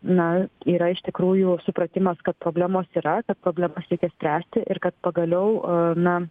na yra iš tikrųjų supratimas kad problemos yra kad problemas reikia spręsti ir kad pagaliau na